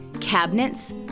cabinets